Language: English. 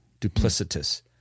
duplicitous